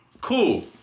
Cool